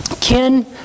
Ken